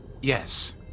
Yes